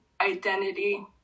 identity